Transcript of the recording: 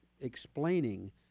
explaining